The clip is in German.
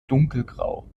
dunkelgrau